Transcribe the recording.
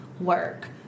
work